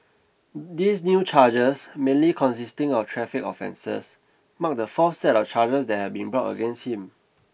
these new charges mainly consisting of traffic offences mark the fourth set of charges that have been brought against him